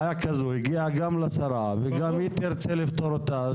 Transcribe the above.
בעיה כזו הגיעה גם לשרה וגם היא תרצה לפתור אותה.